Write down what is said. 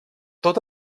tot